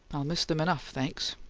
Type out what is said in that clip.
i'll miss them enough, thanks!